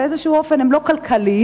באיזשהו אופן הם לא כלכליים,